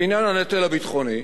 בעניין הנטל הביטחוני,